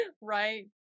Right